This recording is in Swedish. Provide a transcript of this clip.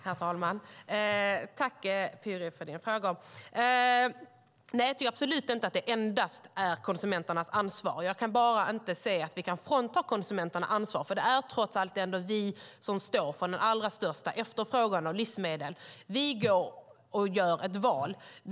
Herr talman! Tack, Pyry Niemi, för dina frågor! Jag tycker absolut inte att det endast är konsumenternas ansvar. Jag kan bara inte se att vi kan frånta konsumenterna ansvar. Det är trots allt ändå vi som står för den allra största efterfrågan på livsmedel. Vi gör ett val.